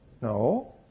No